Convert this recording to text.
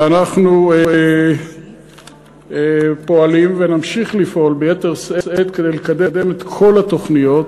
ואנחנו פועלים ונמשיך לפעול ביתר שאת כדי לקדם את כל התוכניות.